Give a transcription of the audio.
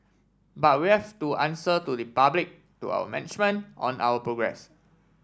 but we have to answer to the public to our management on our progress